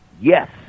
Yes